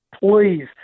Please